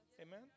Amen